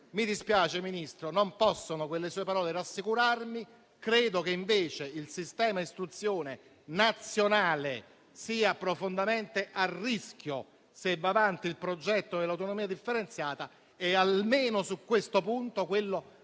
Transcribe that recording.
mi dispiace, signor Ministro, perché quelle sue parole non possono rassicurarmi. Credo che il sistema istruzione nazionale sia profondamente a rischio se va avanti il progetto dell'autonomia differenziata e, almeno su questo punto, quello